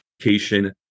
education